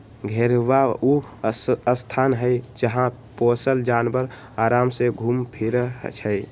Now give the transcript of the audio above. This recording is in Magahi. घेरहबा ऊ स्थान हई जहा पोशल जानवर अराम से घुम फिरइ छइ